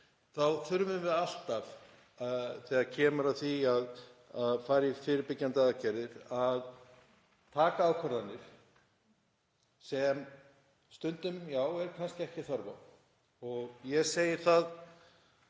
þá þurfum við alltaf, þegar kemur að því að fara í fyrirbyggjandi aðgerðir, að taka ákvarðanir sem stundum, já, er kannski ekki þörf á. Ég segi það